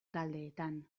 taldeetan